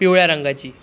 पिवळ्या रंगाची